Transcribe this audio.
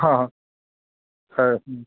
ହଁ ସାର୍